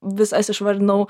visas išvardinau